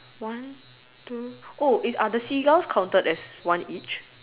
one two oh is are the seagulls counted as one each